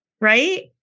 Right